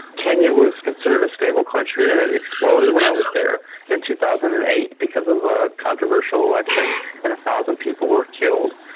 kenya was considered a stable country and it exploded when i was there in and two thousand and eight because of a controversial election and a thousand people were killed.